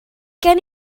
gen